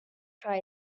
try